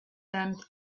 damned